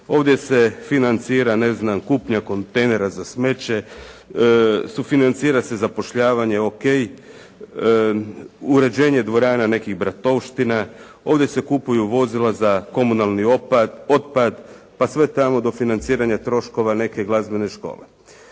Ovdje se financira kupnja kontejnera za smeće, sufinancira se zapošljavanje, ok, uređenje dvorana nekih bratovština, ovdje se kupuju vozila za komunalni otpad pa sve tamo do financiranja troškove neke glazbene škole.